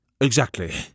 Exactly